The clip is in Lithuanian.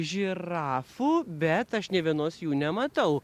žirafų bet aš nė vienos jų nematau